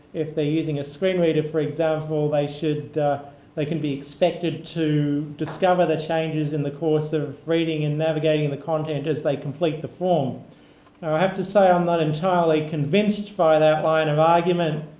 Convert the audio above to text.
if they're using screen reader, for example, they should they can be expected to discover the changes in the course of reading and navigating and the content as they complete the form. now i have to say i'm not entirely convinced by that line of argument,